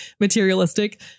materialistic